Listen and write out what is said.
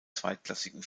zweitklassigen